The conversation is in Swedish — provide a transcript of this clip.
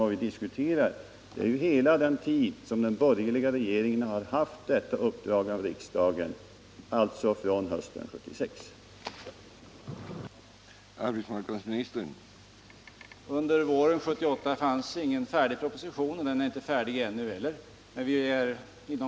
Vad vi diskuterar är ju hela den tid som den borgerliga regeringen haft riksdagens uppdrag att arbeta för att skapa arbetstillfällen i Vindelälvsområdet, alltså från hösten 1976.